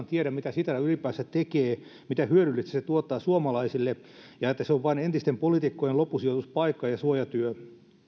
tiedä mitä sitra ylipäänsä tekee mitä hyödyllistä se tuottaa suomalaisille ja että se on vain entisten poliitikkojen loppusijoituspaikka ja suojatyö